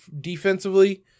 defensively